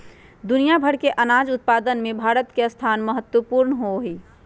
दुनिया भर के अनाज उत्पादन में भारत के स्थान बहुत महत्वपूर्ण हई